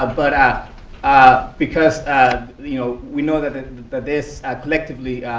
ah but, um ah because you know we know that and that this collectively,